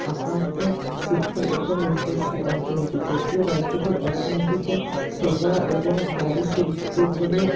আকাকের শিল্পের ওপর নির্ভরশীল অর্থনীতি যদিও রাজ্যটি অর্থনীতিতে সেবা এবং ভারী শিল্পগুলির